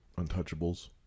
Untouchables